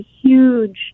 huge